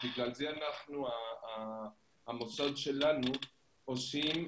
בגלל זה המוסדות שלנו עושים